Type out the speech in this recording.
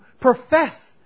profess